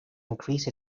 increase